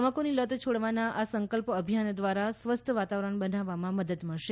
તમાકુની લત છોડવાના આ સંકલ્પ અભિયાન દ્વારા સ્વસ્થ વાતાવરણ બનાવવામાં મદદ મળશે